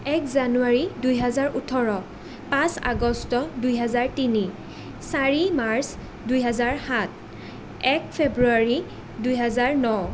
এক জানুৱাৰী দুই হাজাৰ ওঠৰ পাঁচ আগষ্ট দুই হাজাৰ তিনি চাৰি মাৰ্চ দুই হাজাৰ সাত এক ফেব্ৰুৱাৰী দুই হাজাৰ ন